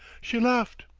she laughed,